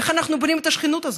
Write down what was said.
איך אנחנו בונים את השכנות הזאת?